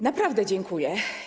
Naprawdę dziękuję.